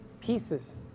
Pieces